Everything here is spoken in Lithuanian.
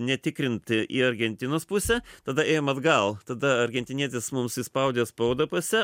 netikrinti į argentinos pusę tada ėjom atgal tada argentinietis mums įspaudė spaudą pase